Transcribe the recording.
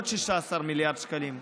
עוד 16 מיליארד שקלים,